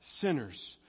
sinners